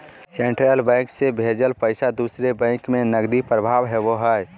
central bank से भेजल पैसा दूसर बैंक में नकदी प्रवाह होबो हइ